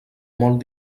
molt